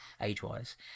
age-wise